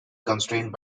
constrained